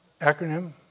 acronym